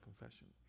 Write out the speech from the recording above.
confession